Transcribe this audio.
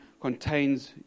contains